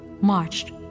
marched